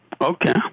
Okay